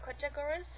categories